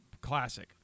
classic